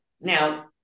Now